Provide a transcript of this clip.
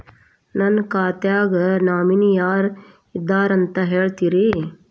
ನನ್ನ ಖಾತಾಕ್ಕ ನಾಮಿನಿ ಯಾರ ಇದಾರಂತ ಹೇಳತಿರಿ?